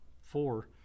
four